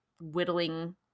whittling